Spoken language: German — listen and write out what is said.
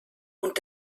und